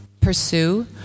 pursue